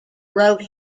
wrote